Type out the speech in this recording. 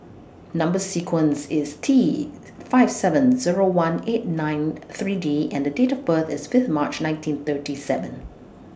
Number sequence IS T five seven Zero one eight nine three D and Date of birth IS Fifth March nineteen thirty seven